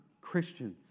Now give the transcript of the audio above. Christians